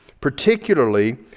Particularly